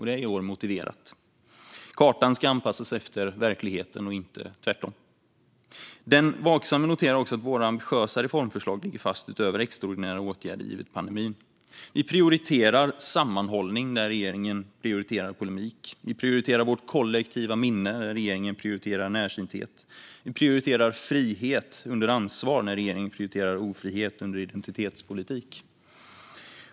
Det är i år motiverat - kartan ska anpassas efter verkligheten och inte tvärtom. Den vaksamme noterar också att våra ambitiösa reformförslag ligger fast utöver extraordinära åtgärder givet pandemin. Vi prioriterar sammanhållning när regeringen prioriterar polemik. Vi prioriterar vårt kollektiva minne när regeringen prioriterar närsynthet. Vi prioriterar frihet under ansvar när regeringen prioriterar ofrihet under identitetspolitik.